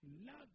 Love